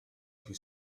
più